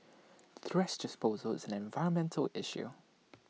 thrash disposal is an environmental issue